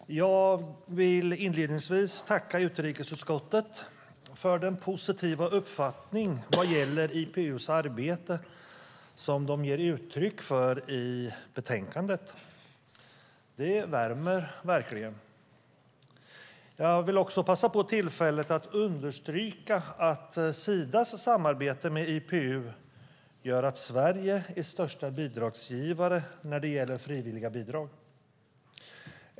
Herr talman! Jag vill inledningsvis tacka utrikesutskottet för den positiva uppfattning vad gäller IPU:s arbete som de ger uttryck för i betänkandet. Det värmer verkligen. Jag vill också passa på tillfället att understryka att Sidas samarbete med IPU gör att Sverige är största bidragsgivare när det gäller frivilliga bidrag.